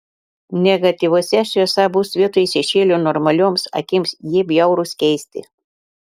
negatyvuose šviesa bus vietoj šešėlių normalioms akims jie bjaurūs keisti